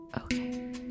Okay